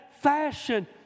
fashion